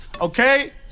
okay